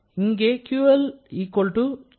இங்கே QLQL irr